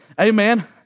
Amen